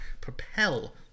propel